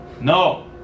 No